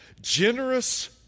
generous